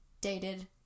dated